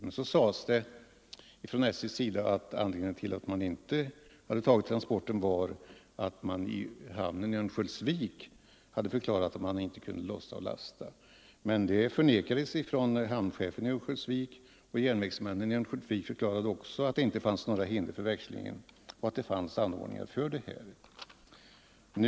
Men så uppgavs från SJ:s sida, att anledningen till att SJ inte hade tagit transporterna var att hamnen i Örnsköldsvik hade förklarat att man där inte kunde lossa och lasta. Detta har emellertid hamncehefen i Örnsköldsvik förnekat. Järnvägsmännen i Örnsköldsvik har också förklarat att det inte förelåg några hinder för växlingen samt att det fanns anordningar för lossning och lastning.